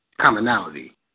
commonality